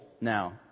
now